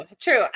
true